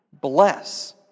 bless